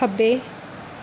ਖੱਬੇ